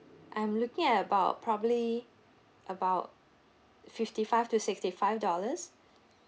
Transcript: I'm looking at about probably about fifty five to sixty five dollars